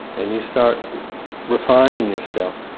and you start refining yourself,